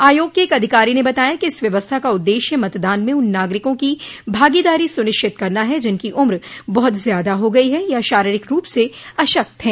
आयोग के एक अधिकारी ने बताया कि इस व्यवस्था का उद्देश्य मतदान में उन नागरिकों की भागीदारी सुनिश्चित करना ह जिनकी उम्र बहुत ज्यादा हो गई है या शारीरिक रूप से अशक्त हैं